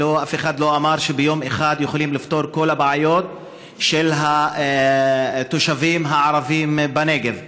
ואף אחד לא אמר שביום אחד אפשר לפתור כל הבעיות של התושבים הערבים בנגב,